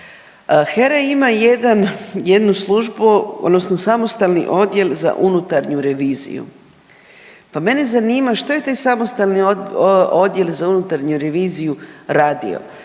jedan, jednu službu odnosno samostalni odjel za unutarnju reviziju, pa mene zanima što je taj samostalni odjel za unutarnju reviziju radio